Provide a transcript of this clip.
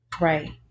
Right